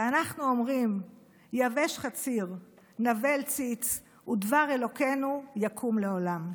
ואנחנו אומרים: "יבֵשׁ חציר נבֵל ציץ ודבר אלהינו יקום לעולם".